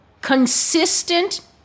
consistent